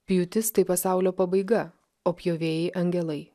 pjūtis tai pasaulio pabaiga o pjovėjai angelai